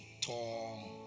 tall